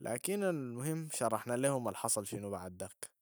لكن المهم شرحنا ليهم الحصل شنو بعد داك.